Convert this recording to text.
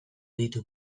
ditu